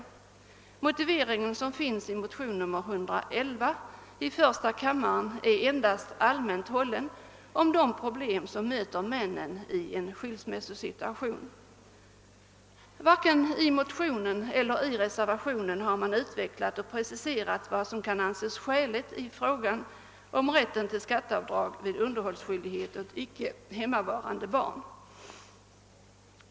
Den motivering som finns i förstakammarmotionen är endast allmänt hållen när det gäller de problem som möter männen i en skilsmässosituation. Varken i motionen eller i reservationen har man utvecklat och preciserat vad som kan anses skäligt i fråga om rätt till skatteavdrag vid underhållsskyldighet åt icke hemmavarande barn.